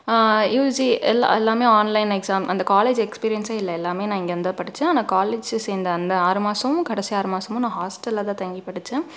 UG எல்லாம் எல்லாமே online exam அந்த காலேஜ் எக்ஸ்பீரியன்ஸே இல்லை எல்லாமே நான் இங்கேருந்துதான் படிச்சேன் ஆனால் காலேஜ் சேர்ந்த அந்த ஆறு மாசமும் கடைசி ஆறு மாசமும் நான் ஹாஸ்டல்லதான் தங்கி படிச்சேன்